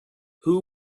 who